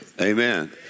Amen